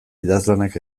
idazlanak